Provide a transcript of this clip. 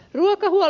nokialla